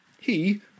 He